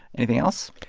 anything else?